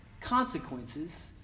consequences